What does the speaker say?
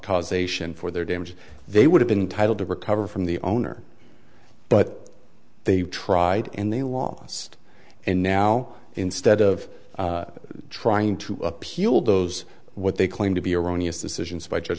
causation for their damage they would have been titled to recover from the owner but they tried and they lost and now instead of trying to appeal those what they claim to be erroneous decisions by judge